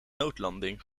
noodlanding